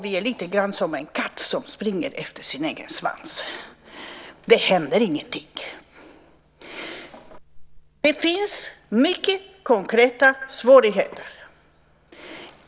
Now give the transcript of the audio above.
Vi är lite grann som en katt som springer efter sin egen svans. Det händer ingenting. Det finns mycket konkreta svårigheter.